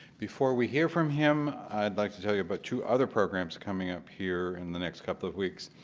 before we hear from him i'd like to tell you about two other programs coming up here in the next couple of weeks.